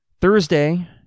Thursday